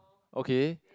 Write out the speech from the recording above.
okay